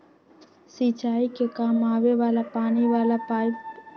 सिंचाई के काम आवे वाला पानी वाला पाईप आदि मशीनवन के खरीदारी भी बहुत होते हई